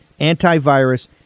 antivirus